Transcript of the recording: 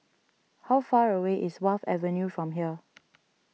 how far away is Wharf Avenue from here